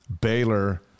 Baylor